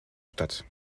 statt